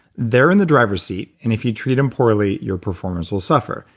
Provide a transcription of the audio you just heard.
they're in the driver's seat, and if you treat them poorly, your performance will suffer.